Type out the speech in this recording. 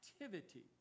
activity